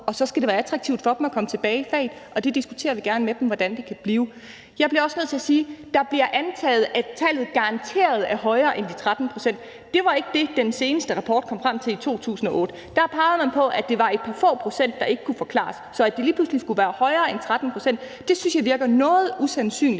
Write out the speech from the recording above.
Og så skal det være attraktivt for dem at komme tilbage i faget, og det diskuterer vi gerne med dem hvordan kan blive. Jeg bliver også nødt til at sige: Det bliver antaget, at tallet garanteret er højere end de 13 pct., men det var ikke det, den seneste rapport kom frem til i 2008. Der pegede man på, at det var få procent, der ikke kan forklares. Så at det lige pludselig skulle være højere end 13 pct., synes jeg virker noget usandsynligt.